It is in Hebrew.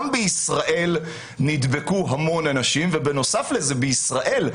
גם בישראל נדבקו המון אנשים ובנוסף לזה בישראל,